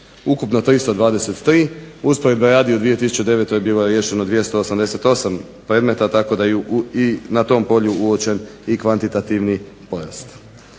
ukupno 323 usporedbe radi u 2009. bilo je riješeno 288 predmeta tako da je na tom polju uočen kvantitativni porast.